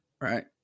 Right